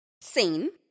seen